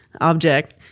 Object